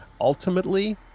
ultimately